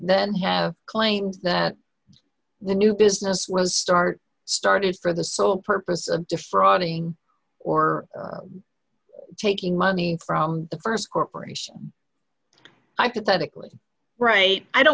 then have claims that the new business was start started for the sole purpose of defrauding or taking money from the st corporation i could technically right i don't